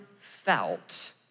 felt